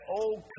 old